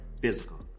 physical